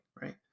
right